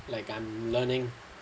like I'm learning